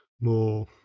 more